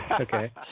Okay